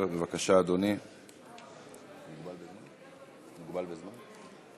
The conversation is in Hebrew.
כי המצוקה הזאת מזינה בסופו של דבר את הכעס,